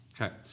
Okay